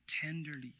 tenderly